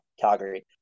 Calgary